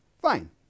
Fine